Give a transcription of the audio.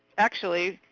actually,